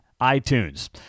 iTunes